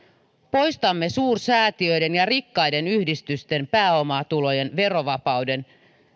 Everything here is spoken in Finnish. poistamme suursäätiöiden ja rikkaiden yhdistysten pääomatulojen verovapauden